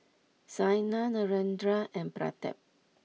Saina Narendra and Pratap